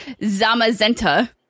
Zamazenta